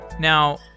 Now